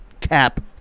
Cap